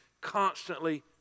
Constantly